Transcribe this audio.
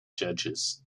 judges